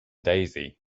daisy